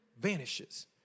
vanishes